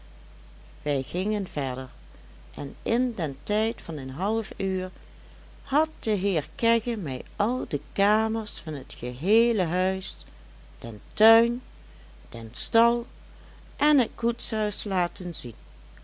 wij gingen verder en in den tijd van een half uur had de heer kegge mij al de kamers van het geheele huis den tuin den stal en het koetshuis laten zien